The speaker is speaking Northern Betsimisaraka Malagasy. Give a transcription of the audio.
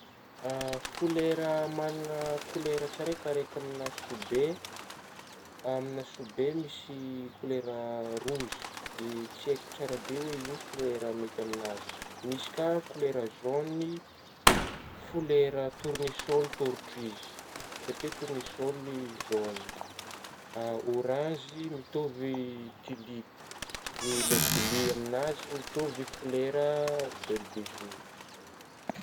Folera managna kolera tsiraikaraika amin'gna soabe, amin'gna soabe misy kolera rozy dia tsy haiko tsara be hoa ino folere mety amin'azy misy ka kolere zaonigny folera tornesoly satria tornesoly zaogny ôranzy mitovy tilipy dia ilay ble amin'azy mitovy folera bel de zoro.